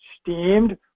steamed